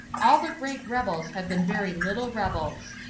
all the great rebels have been very little rebels,